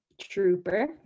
trooper